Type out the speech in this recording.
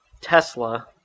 Tesla